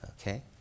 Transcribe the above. Okay